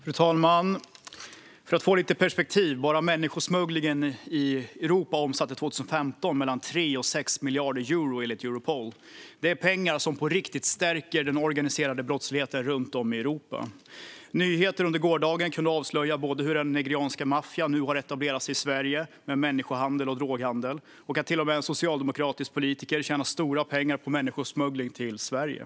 Fru talman! För att få lite perspektiv: Bara människosmugglingen i Europa omsatte år 2015 mellan 3 och 6 miljarder euro, enligt Europol. Det är pengar som på riktigt stärker den organiserade brottsligheten runt om i Europa. Nyheter under gårdagen avslöjade både att den nigerianska maffian nu har etablerat sig i Sverige med människohandel och droghandel och att till och med en socialdemokratisk politiker tjänar stora pengar på människosmuggling till Sverige.